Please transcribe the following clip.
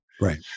Right